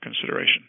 consideration